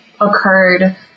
occurred